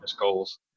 goals